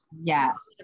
yes